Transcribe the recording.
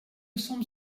semble